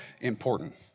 important